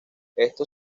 esto